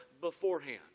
beforehand